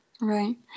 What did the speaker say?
Right